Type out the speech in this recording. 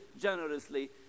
generously